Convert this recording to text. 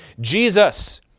Jesus